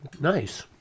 Nice